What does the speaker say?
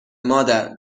مادر